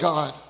God